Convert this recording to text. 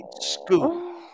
school